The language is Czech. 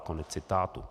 Konec citátu.